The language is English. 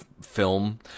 film